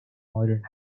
modern